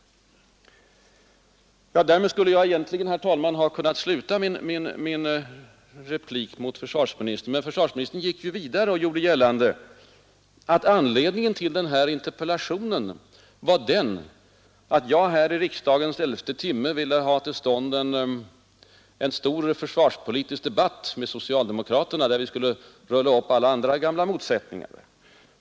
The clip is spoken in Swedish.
Därmed skulle jag egentligen, herr talman, ha kunnat sluta min replik till försvarsministern, men han gick vidare och gjorde gällande att anledningen till min interpellation var att jag i riksdagens elfte timme ville ha till stånd en stor försvarspolitisk debatt med socialdemokraterna, under vilken vi skulle rulla upp alla andra gamla motsättningar.